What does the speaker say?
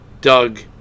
Doug